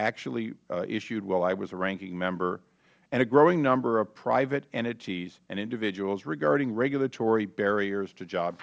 actually issued while i was the ranking member and a growing number of private entities and individuals regarding regulatory barriers to job